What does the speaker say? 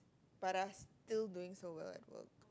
but are still doing so well at work